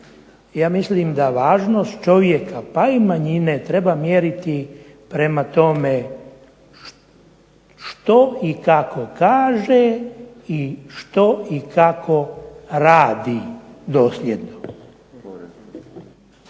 Ja mislim da važnost čovjeka pa i manjine treba mjeriti prema tome što i kako kaže i što i kako radi dosljedno.